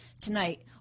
tonight